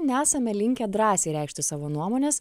nesame linkę drąsiai reikšti savo nuomonės